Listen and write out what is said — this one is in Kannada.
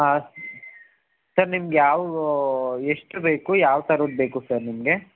ಹಾಂ ಸರ್ ನಿಮ್ಗೆ ಯಾವ ಎಷ್ಟು ಬೇಕು ಯಾವ ಥರದ್ದು ಬೇಕು ಸರ್ ನಿಮಗೆ